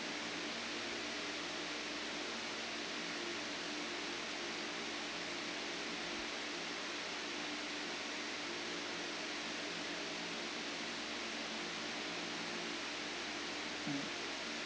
mm